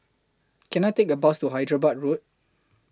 Can I Take A Bus to Hyderabad Road